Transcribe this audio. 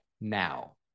now